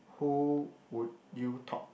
who would you talk